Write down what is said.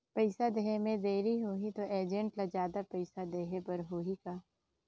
पइसा देहे मे देरी होही तो एजेंट ला जादा पइसा देही बर होही का?